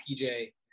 PJ